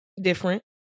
different